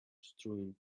strewn